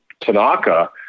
Tanaka